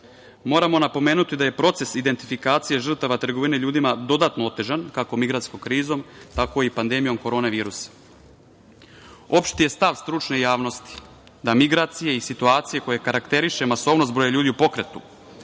dečaka. Moramo napomenuti da je proces identifikacije žrtava trgovine ljudima dodatno otežan, kako migrantskom krizom, tako i pandemijom korona virusa. Opšti je stav stručne javnosti da migracije i situacije koje karakteriše masovnost broja ljudi u pokretu